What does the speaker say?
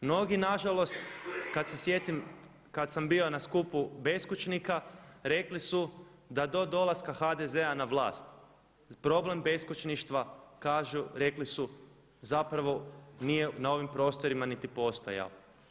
Mnogi nažalost, kada se sjetim kada sam bio na skupu beskućnika rekli su da do dolaska HDZ-a na vlast problem beskućništva kažu, rekli su zapravo nije na ovim prostorima niti postojao.